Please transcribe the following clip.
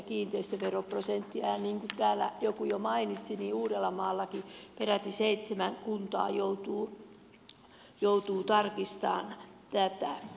niin kuin täällä joku jo mainitsi uudellamaallakin peräti seitsemän kuntaa joutuu tarkistamaan tätä